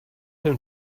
him